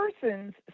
person's